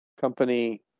company